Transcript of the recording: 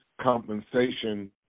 compensation